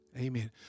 Amen